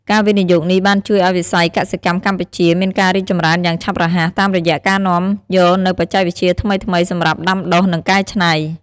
ការវិនិយោគនេះបានជួយឱ្យវិស័យកសិកម្មកម្ពុជាមានការរីកចម្រើនយ៉ាងឆាប់រហ័ស តាមរយៈការនាំយកនូវបច្ចេកវិទ្យាថ្មីៗសម្រាប់ដាំដុះនិងកែច្នៃ។